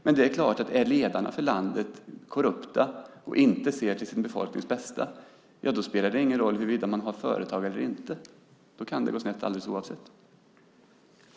Men det är klart, är ledarna för landet korrupta och inte ser till sin befolknings bästa spelar det ingen roll om man har företag eller inte. Då kan det gå snett alldeles oavsett detta.